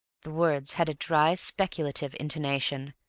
the words had a dry, speculative intonation,